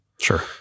Sure